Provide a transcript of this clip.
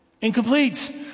incomplete